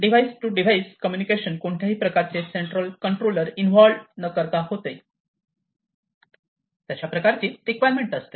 device to device communication कोणत्याही प्रकारचे central controller involve न करता होते तशा प्रकारची रिक्वायरमेंट असते